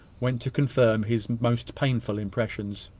went to confirm his most painful impressions.